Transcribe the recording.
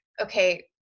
okay